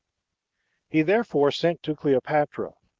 he therefore sent to cleopatra,